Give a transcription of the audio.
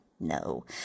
No